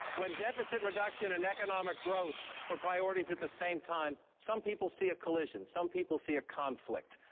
when deficit reduction and economic growth are priorities at the same time, some people see a collision. some people see a conflict.